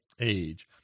age